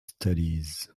studies